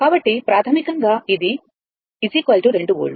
కాబట్టి ప్రాథమికంగా ఇది 2 వోల్ట్